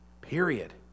Period